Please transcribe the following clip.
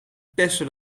beste